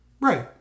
right